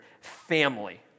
family